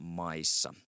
maissa